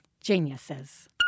geniuses